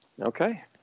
Okay